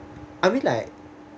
I mean like